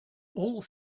all